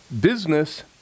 business